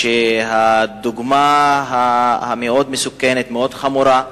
והדוגמה המאוד מסוכנת, מאוד חמורה,